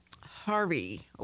harvey